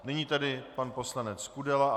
Nyní tedy pan poslanec Kudela.